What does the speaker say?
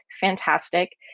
Fantastic